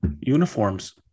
Uniforms